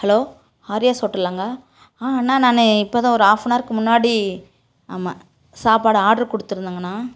hello Aryas ஹோட்டலாங்க அண்ணா நான் இப்போதான் ஒரு ஆஃபனவருக்கு முன்னாடி ஆ ஆமாம் சாப்பாடு ஆர்ட்ரூ கொடுத்துருந்தங்கணா